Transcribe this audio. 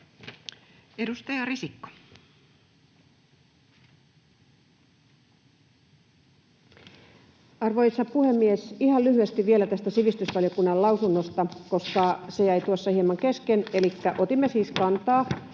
17:39 Content: Arvoisa puhemies! Ihan lyhyesti vielä tästä sivistysvaliokunnan lausunnosta, koska se jäi tuossa hieman kesken. Otimme siis kantaa